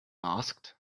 asked